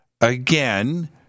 again